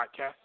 podcast